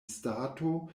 stato